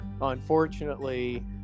unfortunately